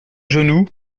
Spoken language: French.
genoux